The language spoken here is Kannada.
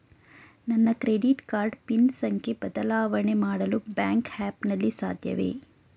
ನನ್ನ ಕ್ರೆಡಿಟ್ ಕಾರ್ಡ್ ಪಿನ್ ಸಂಖ್ಯೆ ಬದಲಾವಣೆ ಮಾಡಲು ಬ್ಯಾಂಕ್ ಆ್ಯಪ್ ನಲ್ಲಿ ಸಾಧ್ಯವೇ?